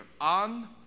on